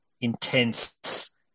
intense